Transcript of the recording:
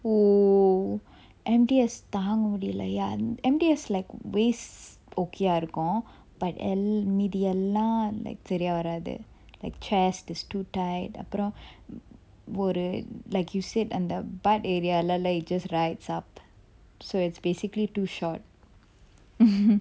oh M_D_S தாங்க முடியல:thanga mudiyala ya M_D_S like waist okay ah இருக்கும்:irukkum but el~ மீதி எல்லாம்:meethi ellam like சரியா வராது:sariya varathu like chest is to tight அப்புறம் ஒரு:appuram oru like you sit on the butt area then it just rise up so it's basically too short